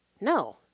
No